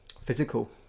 physical